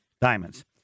Diamonds